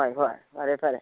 ꯍꯣꯏ ꯍꯣꯏ ꯐꯔꯦ ꯐꯔꯦ